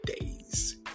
days